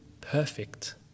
perfect